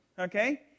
Okay